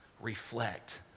reflect